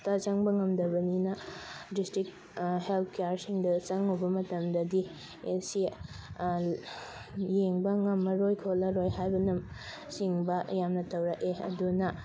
ꯇ ꯆꯪꯕ ꯉꯝꯗꯕꯅꯤꯅ ꯗꯤꯁꯇ꯭ꯔꯤꯛ ꯍꯦꯜꯊ ꯀꯦꯌꯔꯁꯤꯡꯗ ꯆꯪꯉꯨꯕ ꯃꯇꯝꯗꯗꯤ ꯑꯦ ꯁꯤ ꯌꯦꯡꯕ ꯉꯝꯃꯔꯣꯏ ꯈꯣꯠꯂꯔꯣꯏ ꯍꯥꯏꯕꯅ ꯆꯤꯡꯕ ꯌꯥꯝꯅ ꯇꯧꯔꯛꯑꯦ ꯑꯗꯨꯅ